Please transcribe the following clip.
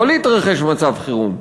יכול להתרחש מצב חירום.